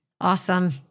Awesome